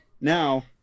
now